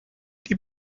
die